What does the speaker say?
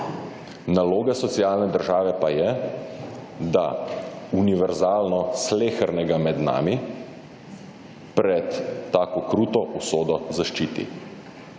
Naloga socialne države pa je, da univerzalno slehernega med nami, pred tako kruto usodo zaščiti.